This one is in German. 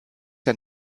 der